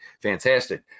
fantastic